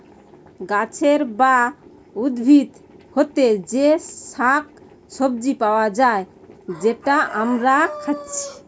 গাছের বা উদ্ভিদ হোতে যে শাক সবজি পায়া যায় যেটা আমরা খাচ্ছি